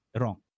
wrong